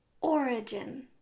Origin